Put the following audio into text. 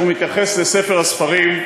כאשר הוא מתייחס לספר הספרים,